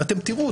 שאתם תראו,